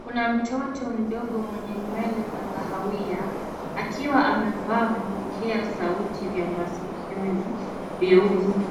Kuna mtoto mdogo mwenye nywele za kahawia akiwa amevaa vipokea sauti vya masikioni vyeusi.